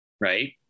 right